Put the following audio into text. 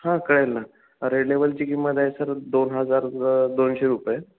हां कळेल ना रेड लेबलची किंमत आहे सर दोन हजार दोनशे रुपये